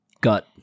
got